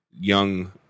young